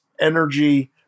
energy